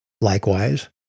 Likewise